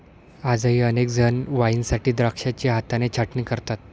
आजही अनेक जण वाईनसाठी द्राक्षांची हाताने छाटणी करतात